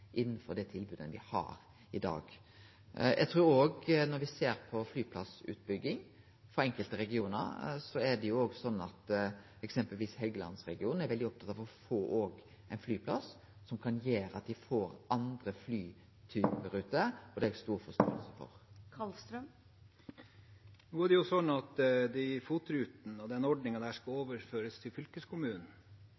innanfor det tilbodet enn me har i dag. Når me ser på flyplassutbygging for enkelte regionar, er f.eks. Helgelandsregionen veldig opptatt av å få ein flyplass som kan gjere at dei får andre flytyperuter, og det har eg stor forståing for. Nå er det jo sånn at ordningen med FOT-rutene skal